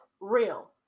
real